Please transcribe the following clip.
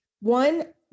One